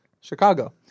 Chicago